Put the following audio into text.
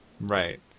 Right